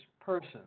person